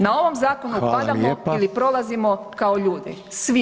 Na ovom zakonu padamo ili prolazimo kao ljudi [[Upadica: Hvala lijepa.]] svi mi.